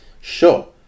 sure